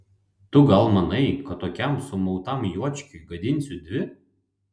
tu gal manai kad tokiam sumautam juočkiui gadinsiu dvi